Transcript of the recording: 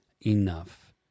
enough